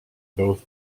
both